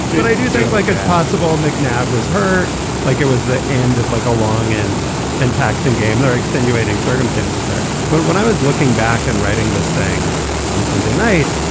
but i do think like it's possible mcnabb was hurt like it was the end of like a long and and taxing game. there are extenuating circumstances there. but when i was looking back and writing this thing on sunday night,